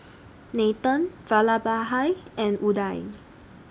Nathan Vallabhbhai and Udai